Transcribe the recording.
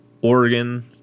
Oregon